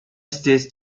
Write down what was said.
this